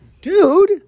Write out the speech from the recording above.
Dude